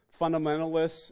fundamentalists